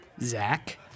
Zach